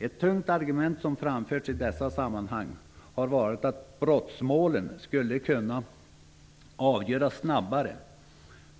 Ett tungt argument som framförts i dessa sammanhang har varit att brottsmålen skulle kunna avgöras snabbare,